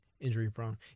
injury-prone